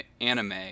anime